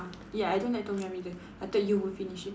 ya I don't like Tom-Yum either I thought you would finish it